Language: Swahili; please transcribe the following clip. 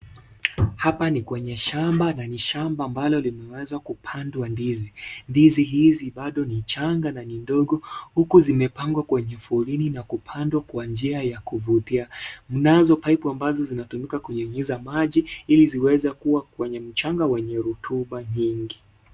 Hapa ni kwenye shamba, na ni shamba ambalo limeweza kupandwa ndizi. Ndizi hizi ni changa na ni ndogo huko zimepangwa kwenye foleni, na kupandwa kwa njia ya kuvutia. Mnazo pipe ambazo zinatumika kunyunyuza maji ili ziweze kuwa kwenye mchanga wenye rutuba nyingi.